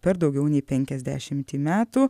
per daugiau nei penkiasdešimį metų